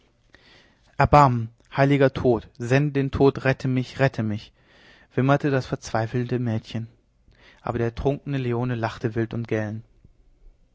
erbarmen heiliger gott sende den tod rette mich rette mich wimmerte das verzweifelnde mädchen aber der trunkene leone lachte wild und